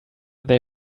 they